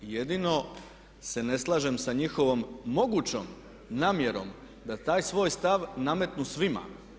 Jedino se ne slažem sa njihovom mogućom namjerom da taj svoj stav nametnu svima.